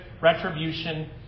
retribution